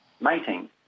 mating